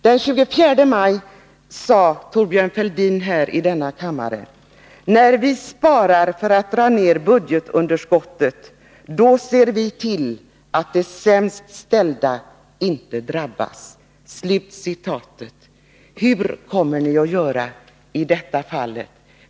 Den 24 maj i år sade Thorbjörn Fälldin i denna kammare: ”När vi sparar för att dra ned budgetunderskottet, då ser vi till att de sämst ställda inte drabbas.” Hur kommer ni att göra i detta fall?